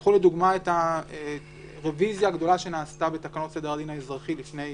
קחו לדוגמה את הרביזיה הגדולה שנעשתה בתקנות סדר הדין האזרחי לפני